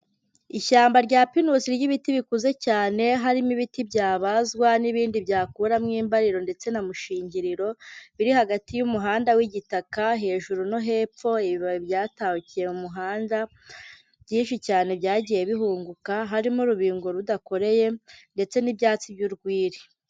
Ishyamba rya pinusi ry'ibiti bikuze cyane, harimo ibiti byabazwa n'ibindi byakuramo imbariro ndetse na mushingiriro, biri hagati y'umuhanda w'igitaka hejuru no hepfo, ibibabi byatahukiye umuhanga byinshi cyane byagiye bihunguka, harimo urubingo rudakoreye ndetse n'ibyatsi by'urwiri.